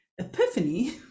epiphany